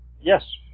Yes